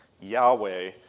Yahweh